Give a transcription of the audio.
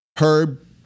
Herb